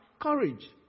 courage